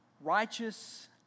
righteous